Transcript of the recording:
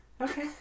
Okay